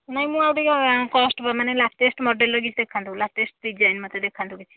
ନାଇଁ ମୁଁ ଆଉ ଟିକିଏ କଷ୍ଟ୍ର ମାନେ ଲାଟେସ୍ଟ ମଡ଼େଲ୍ର କିଛି ଦେଖାନ୍ତୁ ଲାଟେସ୍ଟ ଡିଜାଇନ୍ ମୋତେ ଦେଖାନ୍ତୁ କିଛି